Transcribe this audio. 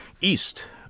east